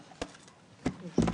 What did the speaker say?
4 בעד,